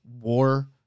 war